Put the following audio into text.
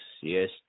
yes